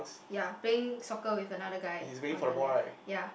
ya playing soccer with another guy on the left ya